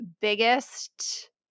biggest